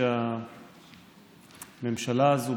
שהממשלה הזו,